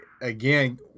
again